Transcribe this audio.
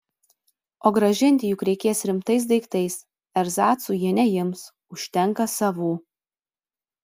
o grąžinti juk reikės rimtais daiktais erzacų jie neims užtenka savų